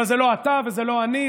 אבל זה לא אתה וזה לא אני,